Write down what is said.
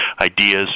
ideas